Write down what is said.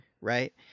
Right